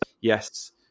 yes